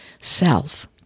self